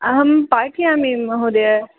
अहम् पाठयामि महोदय